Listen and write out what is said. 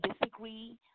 disagree